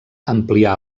amplià